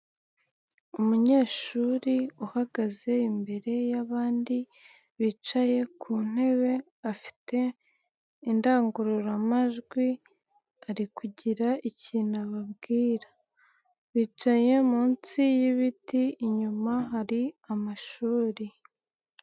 Umunyeshuri uhagaze imbere y'abandi bicaye ku ntebe. Afite indangururamajwi ari kugira ikintu ababwira. Bicaye munsi y'ibiti, inyuma hari amashuri.